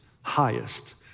highest